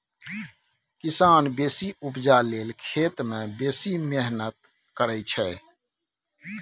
किसान बेसी उपजा लेल खेत मे बेसी मेहनति करय छै